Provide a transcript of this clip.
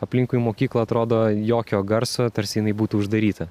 aplinkui mokyklą atrodo jokio garso tarsi jinai būtų uždaryta